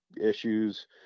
issues